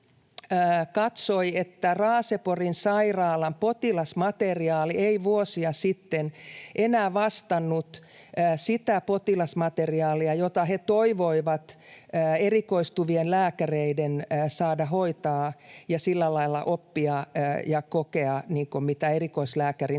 katsoi, että Raaseporin sairaalan potilasmateriaali ei vuosia sitten enää vastannut sitä potilasmateriaalia, jota he toivoivat erikoistuvien lääkäreiden saada hoitaa ja sillä lailla oppia ja kokea, mitä erikoislääkärin